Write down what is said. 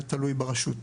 זה תלוי ברשות.